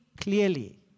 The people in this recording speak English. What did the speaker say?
clearly